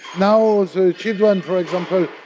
now the children, for example,